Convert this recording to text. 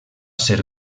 ser